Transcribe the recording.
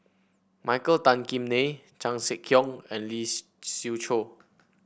Michael Tan Kim Nei Chan Sek Keong and Lee Sie Siew Choh